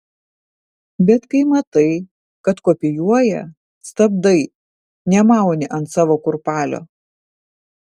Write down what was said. bet kai matai kad kopijuoja stabdai nemauni ant savo kurpalio